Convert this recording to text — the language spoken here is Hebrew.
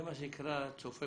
למה אני אומר את זה?